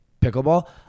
pickleball